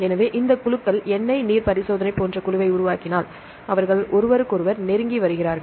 எனவே இந்த குழுக்கள் எண்ணெய் நீர் பரிசோதனை போன்ற குழுவை உருவாக்கினால் அவர்கள் ஒருவருக்கொருவர் நெருங்கி வருகிறார்கள்